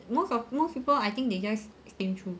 most of most people I think they just skimp through